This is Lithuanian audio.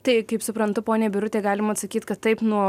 tai kaip suprantu ponei birutei galima atsakyt kad taip nuo